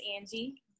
Angie